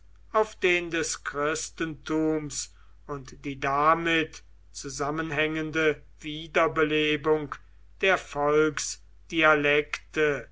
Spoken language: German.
auf den des christentums und die damit zusammenhängende wiederbelebung der